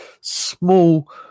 small